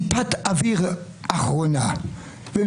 עד כאן.